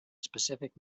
specific